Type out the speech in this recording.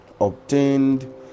obtained